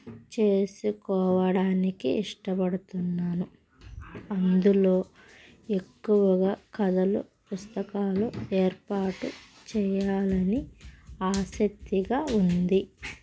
చేసుకోవడానికి ఇష్టపడుతున్నాను అందులో ఎక్కువగా కథలు పుస్తకాలు ఏర్పాటు చేయాలని ఆసక్తిగా ఉంది